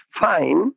fine